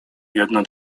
jedno